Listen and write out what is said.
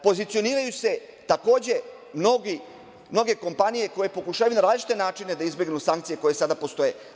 Pozicioniraju se, takođe mnoge kompanije koje pokušavaju na različite načine da izbegnu sankcije koje sada postoje.